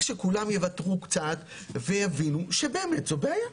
שכולם יוותרו קצת ויבינו שזאת באמת בעיה.